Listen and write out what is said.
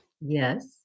Yes